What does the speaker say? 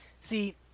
See